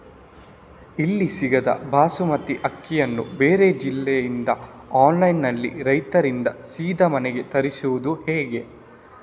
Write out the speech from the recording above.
ಇಲ್ಲಿ ಸಿಗದ ಬಾಸುಮತಿ ಅಕ್ಕಿಯನ್ನು ಬೇರೆ ಜಿಲ್ಲೆ ಇಂದ ಆನ್ಲೈನ್ನಲ್ಲಿ ರೈತರಿಂದ ಸೀದಾ ಮನೆಗೆ ತರಿಸುವುದು ಹೇಗೆ?